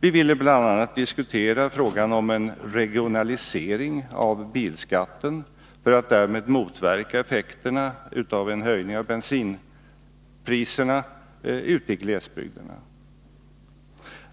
Vi ville bl.a. diskutera frågan om en regionalisering av bilskatten för att därmed motverka effekterna av en höjning av bensinpriserna ute i glesbygderna.